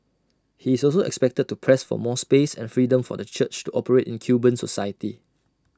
he is also expected to press for more space and freedom for the church to operate in Cuban society